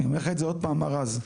אני אומר לך את זה עוד פעם מר רז,